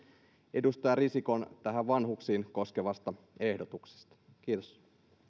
edustaja risikon vanhuksia koskevasta ehdotuksesta kiitos